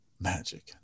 magic